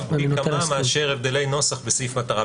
פי כמה מאשר הבדלי נוסח בסעיף מטרה.